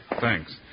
Thanks